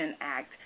Act